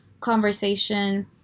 conversation